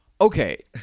okay